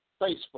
Facebook